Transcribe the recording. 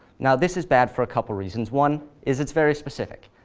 now, this is bad for a couple reasons. one is, it's very specific.